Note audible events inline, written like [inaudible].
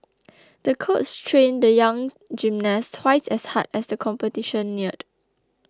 the coach trained the young [noise] gymnast twice as hard as the competition neared